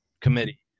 committee